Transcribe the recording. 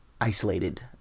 isolated